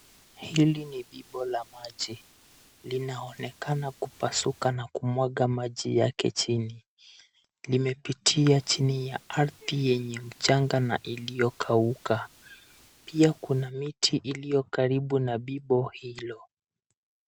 Hili ni bibo la maji. Linaonekana kupasuka na kumwaga maji yake chini. Limepitia chini ya ardhi yenye mchanga na iliyokauka. Pia kuna miti iliyokaribu na bibo hilo.